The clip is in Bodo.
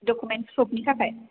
डकुमेन्टस फ्रुफनि थाखाय